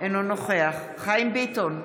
אינו נוכח חיים ביטון,